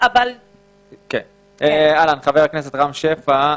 רם שפע,